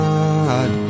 God